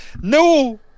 No